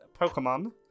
Pokemon